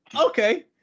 okay